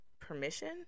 permission